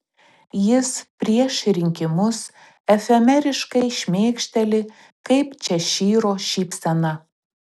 jis prieš rinkimus efemeriškai šmėkšteli kaip češyro šypsena